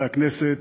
חברי הכנסת,